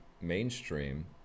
mainstream